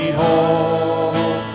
home